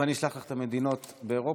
אני אשלח לך את המדינות באירופה.